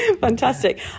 fantastic